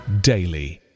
daily